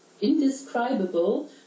indescribable